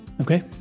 Okay